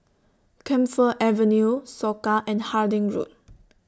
Camphor Avenue Soka and Harding Road